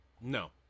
No